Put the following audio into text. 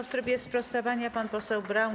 W trybie sprostowania pan poseł Braun.